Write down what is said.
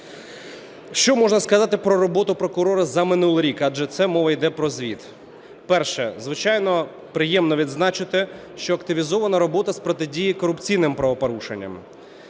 Що можна сказати про роботу прокурора за минулий рік, адже це мова іде про звіт. Перше. Звичайно, приємно відзначити, що активізована робота з протидії корупційним правопорушенням,